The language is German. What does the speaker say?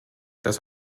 das